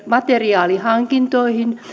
materiaalihankintoihin